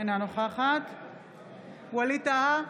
אינה נוכחת ווליד טאהא,